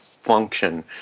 function